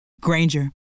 Granger